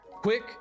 quick